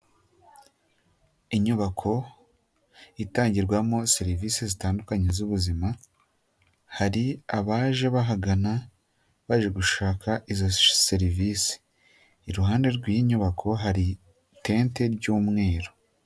Inyubako itangirwamo serivisi zitandukanye z'ubuzima, hari abaje bahagana baje gushaka izo serivisi, iruhande rw'iyi nyubako hari itente ry'umweru.